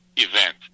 event